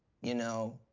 you know,